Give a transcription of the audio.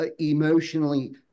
emotionally